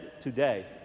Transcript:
today